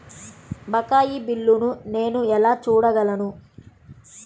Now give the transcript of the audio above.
బకాయి బిల్లును నేను ఎలా చూడగలను?